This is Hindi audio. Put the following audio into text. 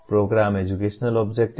programme educational objectives